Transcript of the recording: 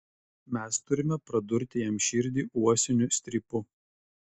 mes turime pradurti jam širdį uosiniu strypu